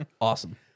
Awesome